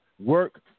work